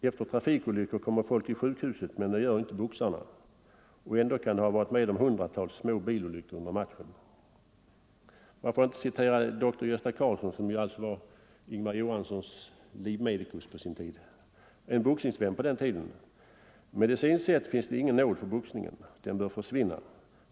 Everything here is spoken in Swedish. Efter trafikolyckor kommer folk till sjukhuset, men det gör inte boxarna och ändå kan de ha varit med om hundratals små bilolyckor under matchen.” Varför inte citera dr Gösta Karlsson som var Ingemar Johanssons livmedikus på sin tid och då en boxningsvän. Han säger: ”Medicinskt sett finns det ingen nåd för boxningen. Den bör försvinna.